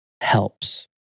helps